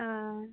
हँ